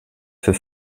für